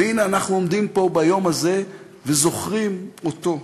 והנה, אנחנו עומדים פה ביום הזה וזוכרים אותו,